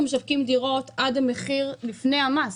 שהם משווקים דירות עד המחיר לפני המס.